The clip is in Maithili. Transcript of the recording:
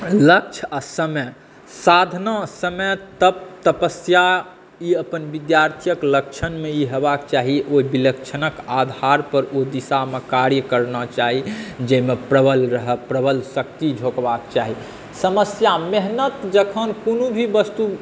लक्ष्य आ समय साधना समय तप तपस्या ई अपन विद्यार्थीक लक्षणमे ई होयबाक चाही ओहि विलक्षणक आधार पर ओ दिशामे कार्य करना चाही जाहिमे प्रबल रहय प्रबल शक्ति झोकबाक चाही समस्या मेहनत जखन कोनो भी वस्तु